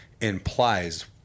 implies